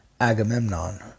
Agamemnon